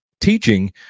teaching